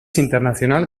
internacional